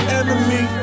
enemy